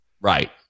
Right